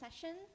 session